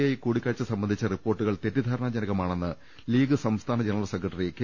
I കൂടിക്കാഴ്ച സംബന്ധിച്ച റിപ്പോർട്ടുകൾ തെറ്റിദ്ധാരണാജനകമാണെന്ന് ലീഗ് സംസ്ഥാന ജനറൽ സെക്രട്ടറി കെ